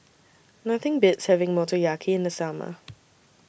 Nothing Beats having Motoyaki in The Summer